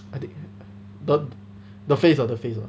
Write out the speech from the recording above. I think the the face lah the face lah